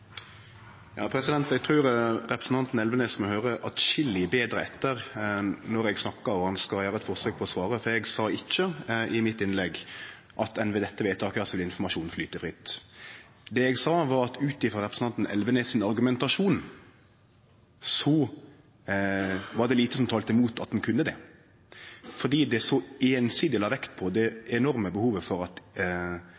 Eg trur representanten Elvenes må høyre atskilleg betre etter når eg snakkar og han skal gjere eit forsøk på å svare, for eg sa ikkje i innlegget mitt at ein med dette vedtaket lèt informasjonen flyte fritt. Det eg sa, var at ut frå representanten Elvenes sin argumentasjon var det lite som talte imot at den kunne det, fordi han så einsidig la vekt på det